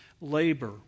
labor